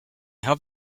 have